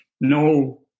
no